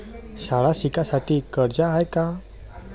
शाळा शिकासाठी कर्ज हाय का?